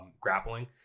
grappling